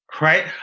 right